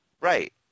Right